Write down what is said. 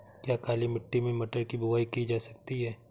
क्या काली मिट्टी में मटर की बुआई की जा सकती है?